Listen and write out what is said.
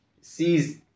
Sees